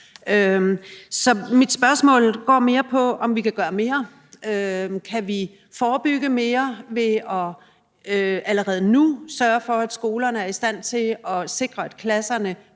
Så mit spørgsmål går mere på, om vi kan gøre mere. Kan vi forebygge mere ved allerede nu at sørge for, at skolerne er i stand til at sikre, at klasserne